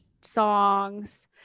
songs